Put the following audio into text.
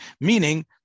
meaning